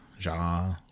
Ja